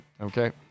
Okay